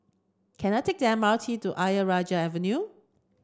can I take the M R T to Ayer Rajah Avenue